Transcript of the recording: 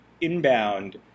inbound